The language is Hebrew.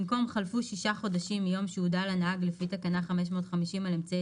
במקום "חלפו שישה חודשים מיום שהודע לנהג לפי תקנה 550 על אמצעי